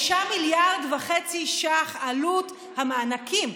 6.5 מיליארד ש"ח עלות המענקים.